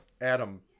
Adam